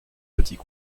petits